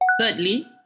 Thirdly